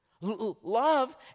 love